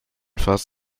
fast